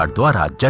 like da da